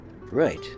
Right